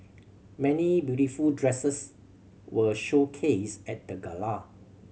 many beautiful dresses were showcased at the gala